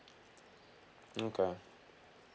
okay